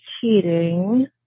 cheating